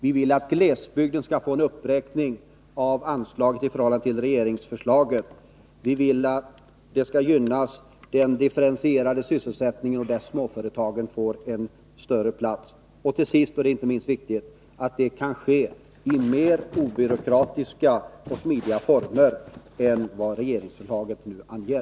Vi vill att glesbygden skall få en uppräkning av anslaget i förhållande till regeringsförslaget. Vi vill att den differentierade sysselsättningen skall gynnas, att småföretagen skall få en större plats och till sist, och det är inte minst viktigt, att det skall ske i mer obyråkratiska och smidiga former än vad som anges i regeringsförslaget.